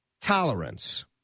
tolerance